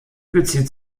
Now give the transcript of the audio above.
bezieht